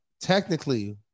technically